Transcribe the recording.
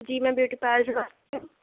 جی میں beauty parlour سے بات کر رہی ہوں